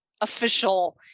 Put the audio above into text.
official